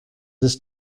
this